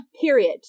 Period